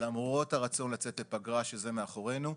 למרות הרצון לצאת לפגרה שזה מאחורינו,